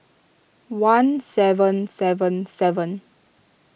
one seven seven seven